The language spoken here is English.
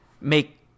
make